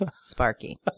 Sparky